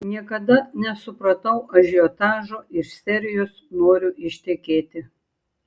niekada nesupratau ažiotažo iš serijos noriu ištekėti